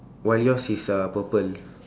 while yours is uh purple